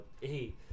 hey